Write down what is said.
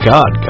God